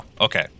okay